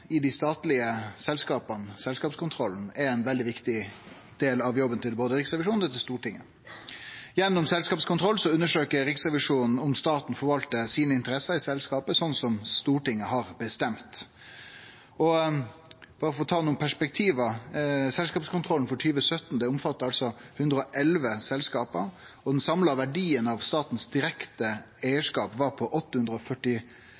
i dei statlege selskapa, selskapskontrollen, er ein veldig viktig del av jobben til både Riksrevisjonen og Stortinget. Gjennom selskapskontroll undersøkjer Riksrevisjonen om staten forvaltar interessene sine i selskapa slik som Stortinget har bestemt. Berre for å ta nokre perspektiv: Selskapskontrollen for 2017 omfattar 111 selskap, og den samla verdien av statens direkte